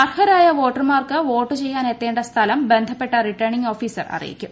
അർഹരായ വോട്ടർമാർക്ക് വോട്ട് ചെയ്യാൻ എത്തേണ്ട സ്ഥലം ബന്ധപ്പെട്ട റിട്ടേണിംഗ് ഓഫീസർ അറിയിക്കും